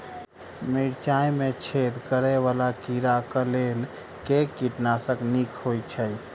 मिर्चाय मे छेद करै वला कीड़ा कऽ लेल केँ कीटनाशक नीक होइ छै?